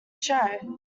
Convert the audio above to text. show